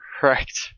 Correct